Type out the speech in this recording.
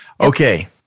Okay